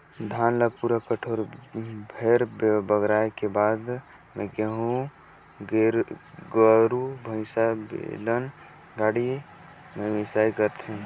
धान ल पूरा कोठार भेर बगराए के बाद मे गोरु भईसा, बेलन गाड़ी में मिंसई करथे